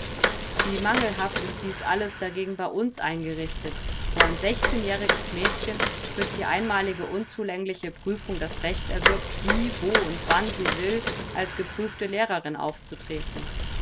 wie mangelhaft ist dies alles dagegen bei uns eingerichtet wo ein jähriges mädchen durch die einmalige unzulängliche prüfung das recht erwirbt wie wo und wann sie will als geprüfte lehrerin aufzutreten